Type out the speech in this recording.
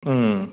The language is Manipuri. ꯎꯝ